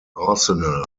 arsenal